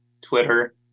Twitter